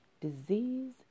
disease